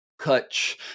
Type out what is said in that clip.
Kutch